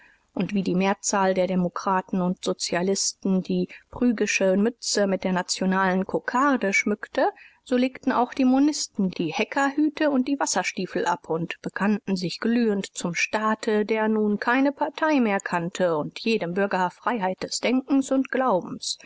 und wie die mehrzahl der demokraten u sozialisten die phrygische mütze mit der nationalen kokarde schmückte so legten auch die monisten die heckerhüte u die wasserstiefel ab u bekannten sich glühend zum staate der nun keine parteien mehr kannte u jedem bürger freiheit des denkens u glaubens